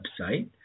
website